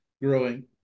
growing